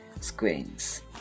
screens